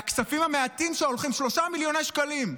והכספים המעטים שהולכים, 3 מיליוני שקלים,